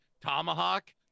tomahawk